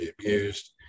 abused